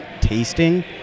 tasting